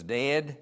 dead